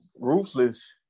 ruthless